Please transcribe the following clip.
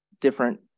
different